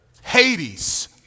Hades